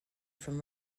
from